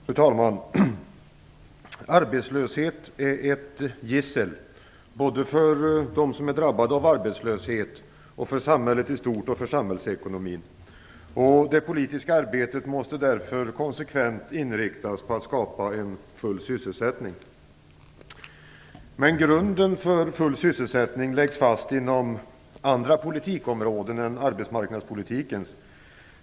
Fru talman! Arbetslöshet är ett gissel, både för dem som är drabbade och för samhället i stort och samhällsekonomin. Det politiska arbetet måste därför konsekvent inriktas på att skapa full sysselsättning. Men grunden för full sysselsättningen läggs fast inom andra politikområden än arbetsmarknadspolitikens.